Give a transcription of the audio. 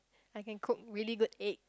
I can cook really good egg